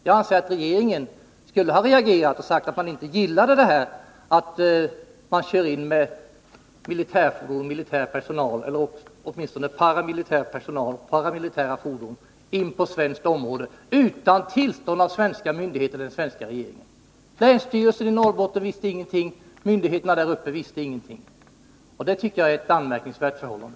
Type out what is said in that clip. Jag anser att regeringen skulle ha reagerat och sagt att den inte gillade att man 139 kör in med militärfordon och militär personal — eller åtminstone paramilitära fordon och paramilitär personal — på svenskt område utan tillstånd av svenska myndigheter eller av den svenska regeringen. Länsstyrelsen i Norrbotten och andra myndigheter där uppe visste ingenting. Det tycker jag är ett anmärkningsvärt förhållande.